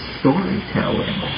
storytelling